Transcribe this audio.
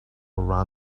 around